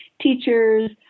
teachers